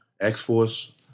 X-Force